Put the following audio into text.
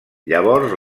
llavors